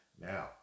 now